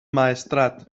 maestrat